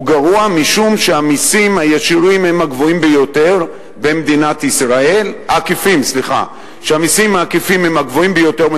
גרוע משום שהמסים העקיפים במדינת ישראל הם הגבוהים ביותר,